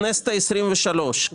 הכנסת ה-23,